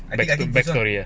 back to back story ah